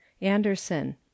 Anderson